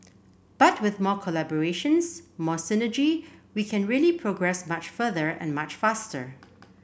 but with more collaborations more synergy we can really progress much further and much faster